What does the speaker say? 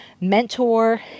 mentor